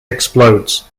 explodes